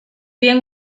bien